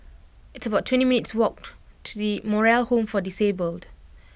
it's about twenty minutes' walk to The Moral Home for Disabled